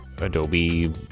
Adobe